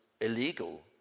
illegal